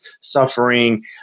suffering